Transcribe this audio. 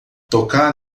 tocar